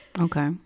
Okay